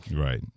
Right